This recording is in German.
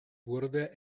wurde